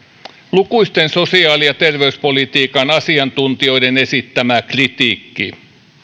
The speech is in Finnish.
lukuisten sosiaali ja terveyspolitiikan asiantuntijoiden esittämä kritiikki